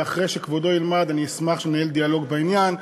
ואחרי שכבודו ילמד, אני אשמח שננהל דיאלוג בעניין.